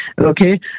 Okay